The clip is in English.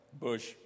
Bush